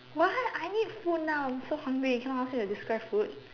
what I need food now I'm so hungry cannot ask me to describe food